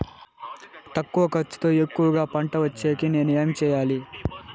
తక్కువ ఖర్చుతో ఎక్కువగా పంట వచ్చేకి నేను ఏమి చేయాలి?